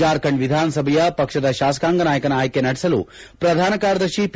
ಜಾರ್ಖಂಡ್ ವಿಧಾನಸಭೆಯ ಪಕ್ಷದ ಶಾಸಕಾಂಗ ನಾಯಕನ ಆಯ್ಕೆ ನಡೆಸಲು ಪ್ರಧಾನ ಕಾರ್ಯದರ್ಶಿ ಪಿ